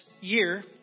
year